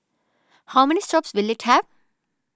how many stops will it have